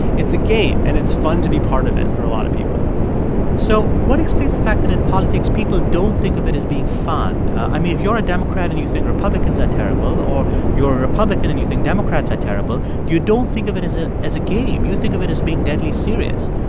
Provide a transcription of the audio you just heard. it's a game. and it's fun to be part of it for a lot of people so what explains the fact that in politics people don't think of it as being fun? i mean, if you're a democrat and you think republicans are terrible or you're a republican and you think democrats are terrible, you don't think of it as it as a game. you think of it as being deadly serious.